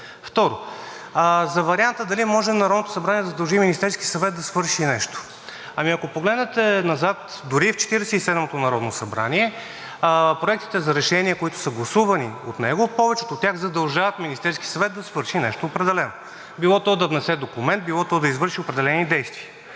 Второ, за варианта дали може Народното събрание да задължи Министерския съвет да свърши нещо. Ами, ако погледнете назад, дори в Четиридесет и седмото народно събрание, проектите за решение, които са гласувани от него, повечето от тях задължават Министерския съвет да свърши нещо определено – било то да внесе документ, било то да извърши определени действия.